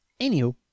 Anywho